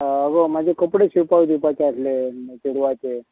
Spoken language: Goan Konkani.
अगो म्हाजें कपडे शिवपाक दिवपाचे आसले चेडवाचे